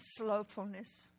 slowfulness